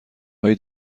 هایی